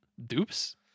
Dupes